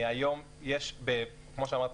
כמו שאמרתי,